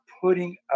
putting